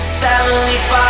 75